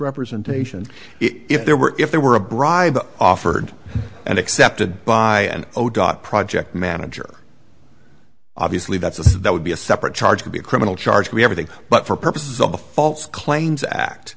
representation if there were if there were a bribe offered and accepted by an old got project manager obviously that's a so that would be a separate charge would be a criminal charge of everything but for purposes of a false claims act